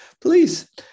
Please